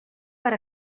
per